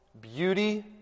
beauty